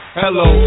hello